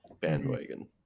bandwagon